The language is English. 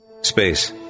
space